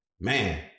Man